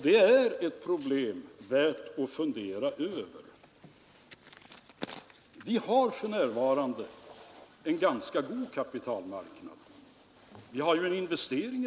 De ”förlorade åren” kännetecknas också av ett återupprättande av nationens bytesbalans med omvärlden.